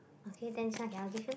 okay then this one I cannot give you lah